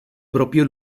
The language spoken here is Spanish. propio